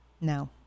No